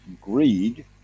Greed